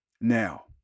Now